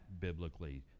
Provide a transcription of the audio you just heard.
biblically